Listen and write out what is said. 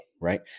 right